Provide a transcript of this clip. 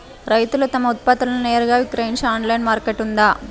రైతులు తమ ఉత్పత్తులను నేరుగా విక్రయించే ఆన్లైను మార్కెట్ ఉందా?